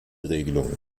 regelung